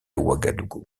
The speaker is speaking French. ouagadougou